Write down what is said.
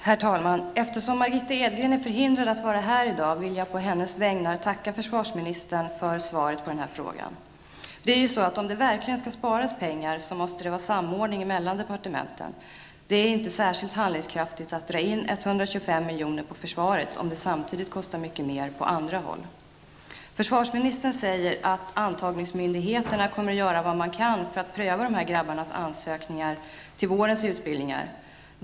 Herr talman! Eftersom Margitta Edgren är förhindrad att vara här i dag vill jag på hennes vägnar tacka försvarsministern för svaret på frågan. Om det verkligen skall sparas pengar måste det vara samordning mellan departementen. Det är inte särskilt handlingskraftigt att dra in 125 milj.kr. på försvaret om det samtidigt kostar mycket mer på andra håll. Försvarsministern säger att man på antagningsmyndigheterna kommer att göra vad man kan för att pröva dessa grabbars ansökningar till vårens utbildningar.